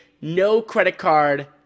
no-credit-card